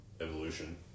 Evolution